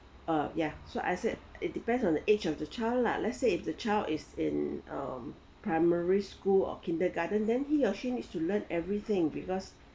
uh ya so I said it depends on the age of the child like let's say if the child is in um primary school or kindergarten then he or she needs to learn everything because